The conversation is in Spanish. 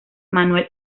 manuel